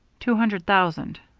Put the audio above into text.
two hundred thousand.